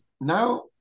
now